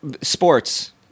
sports